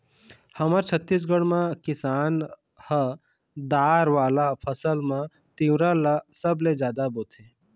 हमर छत्तीसगढ़ म किसान ह दार वाला फसल म तिंवरा ल सबले जादा बोथे